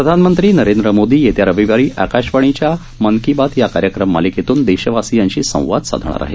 प्रधानमंत्री नरेंद्र मोदी येत्या रविवारी आकाशवाणीच्या मन की बात या कार्यक्रम मालिकेतून देशवासियांशी संवाद साधणार आहेत